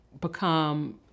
become